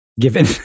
given